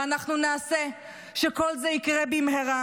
ואנחנו נעשה שכל זה יקרה במהרה,